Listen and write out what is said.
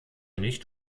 nicht